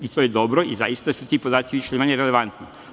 To je dobro, i zaista su ti podaci više-manje relevantni.